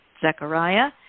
Zechariah